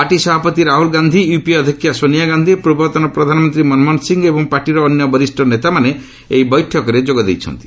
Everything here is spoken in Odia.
ପାର୍ଟି ସଭାପତି ରାହୁଲ୍ ଗାନ୍ଧି ୟୁପିଏ ଅଧ୍ୟକ୍ଷା ସୋନିଆ ଗାନ୍ଧି ପୂର୍ବତନ ପ୍ରଧାନମନ୍ତ୍ରୀ ମନମୋହନ ସିଂ ଏବଂ ପାର୍ଟିର ଅନ୍ୟ ବରିଷ୍ଣ ନେତାମାନେ ଏହି ବୈଠକରେ ଯୋଗ ଦେଇଛନ୍ତି